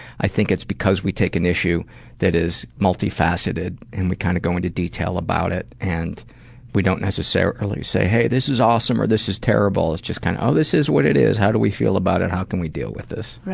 i think it's because we take an issue that is multifaceted and we kind of go into detail about it and we don't necessarily say, hey, this is awesome, or, this is terrible. it's just kind of, this is what it is. how do we feel about it? how can we deal with this?